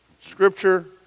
Scripture